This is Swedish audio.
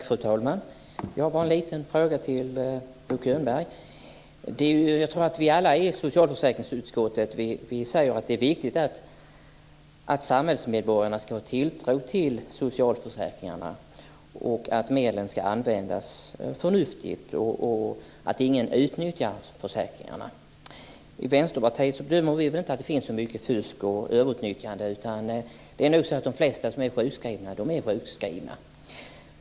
Fru talman! Jag har en liten fråga till Bo Könberg. Jag tror att alla vi i socialförsäkringsutskottet tycker att det är viktigt att samhällsmedborgarna ska ha tilltro till socialförsäkringarna, att medlen ska användas förnuftigt och att ingen ska missbruka försäkringarna. Vi i Vänsterpartiet tror inte att det förekommer så mycket fusk och överutnyttjande, utan vi tror att de flesta som är sjukskrivna är sjuka.